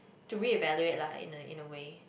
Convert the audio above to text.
to revaluate lah in a in a way